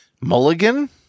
Mulligan